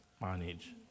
manage